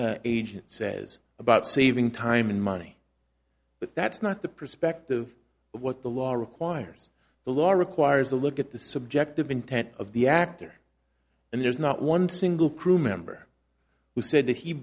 agent says about saving time and money but that's not the perspective of what the law requires the law requires a look at the subjective intent of the actor and there's not one single crewmember who said that he